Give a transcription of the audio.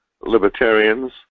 libertarians